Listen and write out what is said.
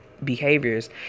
behaviors